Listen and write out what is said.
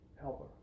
Helper